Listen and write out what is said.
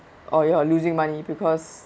or you are losing money because